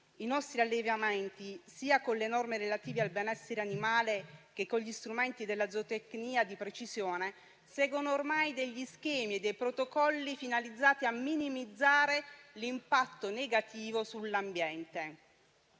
I nostri allevamenti, sia con le norme relative al benessere animale sia con gli strumenti della zootecnia di precisione, seguono ormai schemi e protocolli finalizzati a minimizzare l'impatto negativo sull'ambiente.